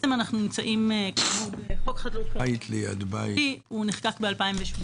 החוק נחקק ב-2018,